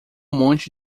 monte